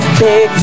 big